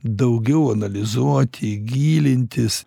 daugiau analizuoti gilintis